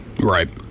Right